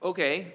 Okay